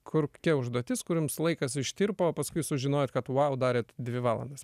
kokia užduotis kur jums laikas ištirpo o paskui sužinojot kad vau darėt dvi valandas